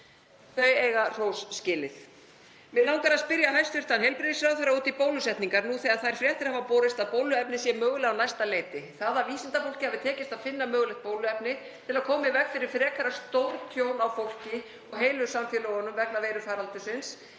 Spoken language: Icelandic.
Þau eiga hrós skilið.